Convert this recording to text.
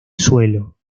suelo